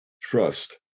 trust